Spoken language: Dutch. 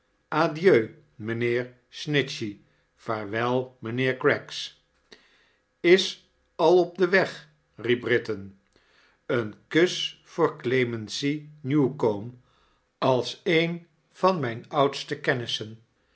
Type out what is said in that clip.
adieu mijnheer snitchey vaarwel mijnheer craggs i is al op den weg riop britain een kus voor clemency newcome als een van mijn oudste kennissen